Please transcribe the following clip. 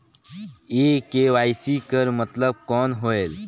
ये के.वाई.सी कर मतलब कौन होएल?